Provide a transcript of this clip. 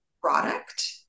product